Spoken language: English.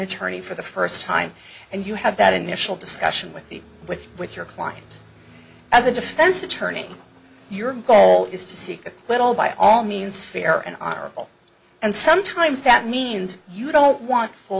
attorney for the first time and you have that initial discussion with the with with your clients as a defense attorney your goal is to seek acquittal by all means fair and honorable and sometimes that means you don't want full